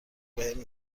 بهم